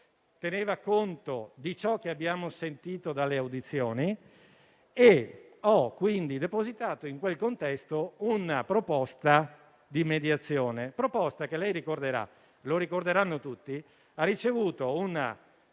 Gruppi e di ciò che abbiamo sentito dalle audizioni. Ho, quindi, depositato, in quel contesto, una proposta di mediazione; una proposta che, come lei ricorderà e come ricorderanno tutti, ha ricevuto una